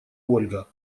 ольга